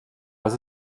was